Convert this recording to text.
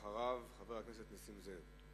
אחריו, חבר הכנסת נסים זאב.